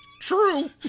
true